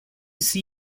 see